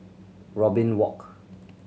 Robin Walk